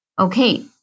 okay